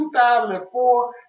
2004